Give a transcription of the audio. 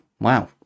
Wow